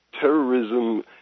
terrorism